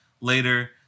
later